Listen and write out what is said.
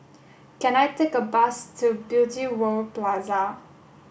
can I take a bus to Beauty World Plaza